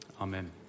amen